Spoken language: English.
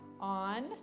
on